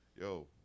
Yo